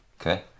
Okay